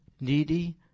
needy